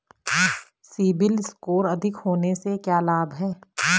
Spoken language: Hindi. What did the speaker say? सीबिल स्कोर अधिक होने से क्या लाभ हैं?